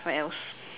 what else